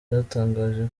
byatangaje